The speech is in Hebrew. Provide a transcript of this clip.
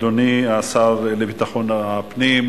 אדוני השר לביטחון הפנים,